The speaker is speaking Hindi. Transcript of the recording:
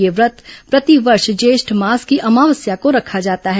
यह व्रत प्रतिवर्ष ज्येष्ठ मास की अमावस्या को रखा जाता है